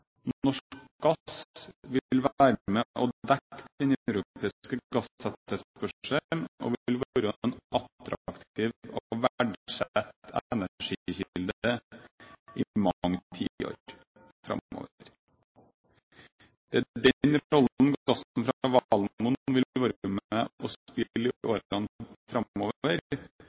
Norsk gass vil være med på å dekke den europeiske gassetterspørselen og vil være en attraktiv og verdsatt energikilde i mange tiår framover. Det er den rollen gassen fra Valemon vil være med og